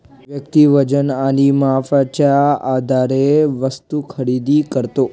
व्यक्ती वजन आणि मापाच्या आधारे वस्तू खरेदी करतो